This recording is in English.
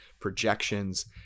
projections